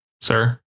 sir